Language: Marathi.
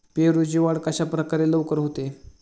पेरूची वाढ कशाप्रकारे लवकर होते?